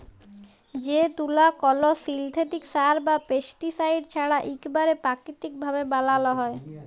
যে তুলা কল সিল্থেটিক সার বা পেস্টিসাইড ছাড়া ইকবারে পাকিতিক ভাবে বালাল হ্যয়